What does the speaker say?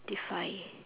defy